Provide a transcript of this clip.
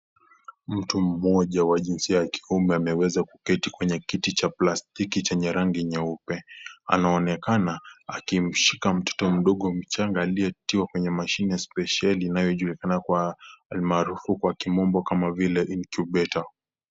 Mtu mmoja wa jinsia ya kiume ameyeweza kuketi kwenye kiti cha plastiki chenye rangi nyeupe. Anaonekana akimshika mtoto mdogo mchanga aliyetiwa kwenye mashine ya spesheli inayojulikana kwa almarufu kwa kimombo kama vile incubator.